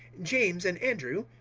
james and andrew,